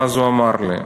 ואז הוא אמר לי: